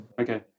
Okay